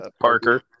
Parker